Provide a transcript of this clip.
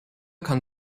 kann